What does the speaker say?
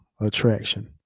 attraction